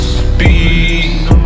speed